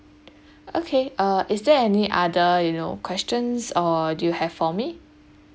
okay uh is there any other you know questions or do you have for me